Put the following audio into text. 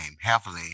heavily